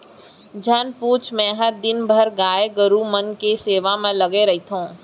झन पूछ मैंहर दिन भर गाय गरू मन के सेवा म लगे रइथँव